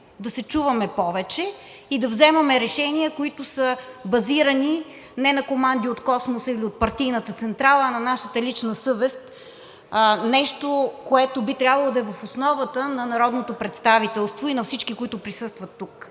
да се чуваме повече и да вземаме решения, които са базирани не на команди от Космоса или от партийната централа, а на нашата лична съвест – нещо, което би трябвало да е в основата на народното представителство и на всички, които присъстват тук.